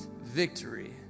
victory